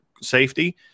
safety